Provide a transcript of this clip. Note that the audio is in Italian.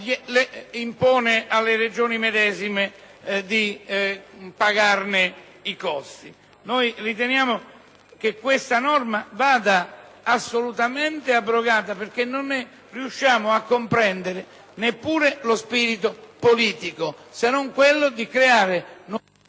impone alle Regioni medesime di pagarne i costi. Riteniamo che questa norma vada assolutamente abrogata, perché non ne riusciamo a comprendere neppure lo spirito politico, se non quello di creare*...